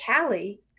Callie